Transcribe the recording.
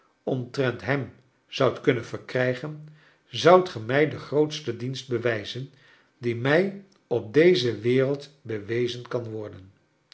omtrent hem zoudt kunnen verkrijgen zoudt ge mij den grootsten dienst bewijzen die mij op deze wereld bewezen kan worden